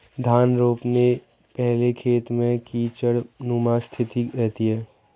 धान रोपने के पहले खेत में कीचड़नुमा स्थिति रहती है